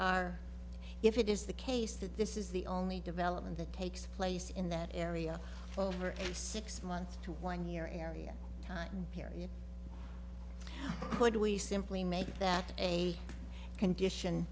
are if it is the case that this is the only development that takes place in that area over any six month to one year area time period could we simply make that a condition